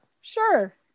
sure